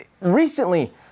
recently